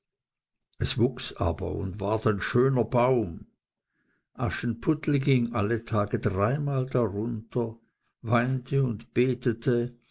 es wuchs aber und ward ein schöner baum aschenputtel ging alle tage dreimal darunter weinte und betete